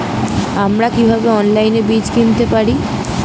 আমরা কীভাবে অনলাইনে বীজ কিনতে পারি?